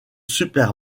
super